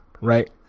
right